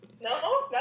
No